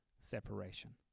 separation